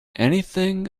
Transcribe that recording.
anything